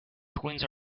twins